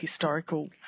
historical